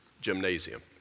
gymnasium